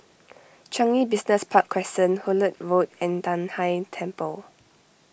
Changi Business Park Crescent Hullet Road and Nan Hai Temple